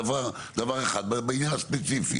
דבר אחד, בעניין הספציפי.